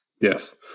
Yes